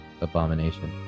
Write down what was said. abomination